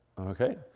okay